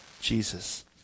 Jesus